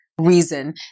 reason